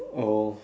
oh